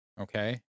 okay